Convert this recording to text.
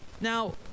Now